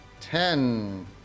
Ten